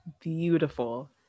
beautiful